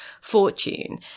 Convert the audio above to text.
fortune